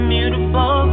Beautiful